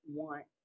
want